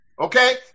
okay